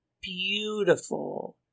beautiful